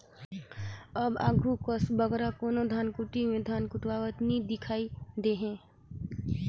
अब आघु कस बगरा कोनो धनकुट्टी में धान कुटवावत नी दिखई देहें